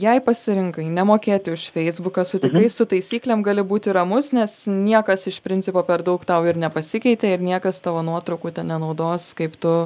jei pasirinkai nemokėti už feisbuką sutikai su taisyklėm gali būti ramus nes niekas iš principo per daug tau ir nepasikeitė ir niekas tavo nuotraukų ten nenaudos kaip tu